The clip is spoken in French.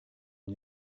ont